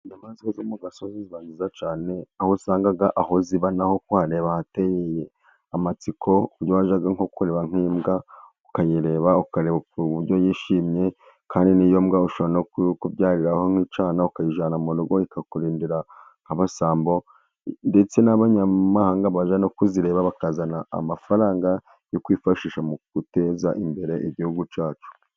Inyamaswa zo mu gasozi ziba nziza cyane, aho usanga aho ziba na ho kuhareba hateye amatsiko, ubwo wajya nko kureba nk'imbwa ukayireba ukareba uburyo yishimye, kandi n'iyo mbwa ishobora kukubyariraho nk'icyana ukayijyana mu rugo ikakurindira nk'abasambo, ndetse n'abanyamahanga baje no kuzireba, bakazana amafaranga yo kwifashisha mu guteza imbere igihugu cyacu.